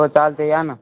हो चालते या ना